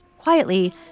Quietly